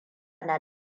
na